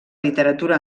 literatura